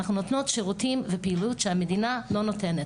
אנחנו נותנות שירותים ופעילות שהמדינה לא נותנת,